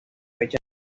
fecha